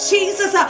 Jesus